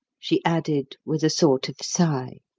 she added, with a sort of sigh.